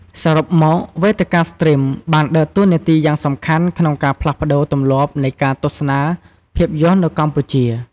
សរុបមក វេទិកាស្ទ្រីមបានដើរតួនាទីយ៉ាងសំខាន់ក្នុងការផ្លាស់ប្ដូរទម្លាប់នៃការទស្សនាភាពយន្តនៅកម្ពុជា។